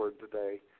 today